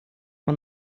man